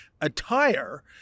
attire